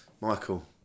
Michael